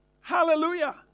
Hallelujah